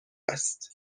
است